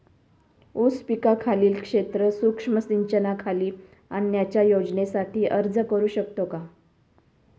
ऊस पिकाखालील क्षेत्र सूक्ष्म सिंचनाखाली आणण्याच्या योजनेसाठी अर्ज करू शकतो का?